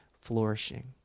flourishing